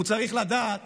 הוא צריך לדעת